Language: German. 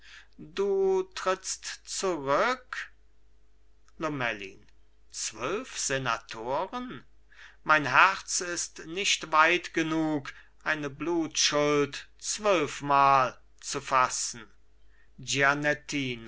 du trittst zurück lomellin zwölf senatoren mein herz ist nicht weit genug eine blutschuld zwölfmal zu fassen